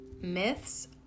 Myths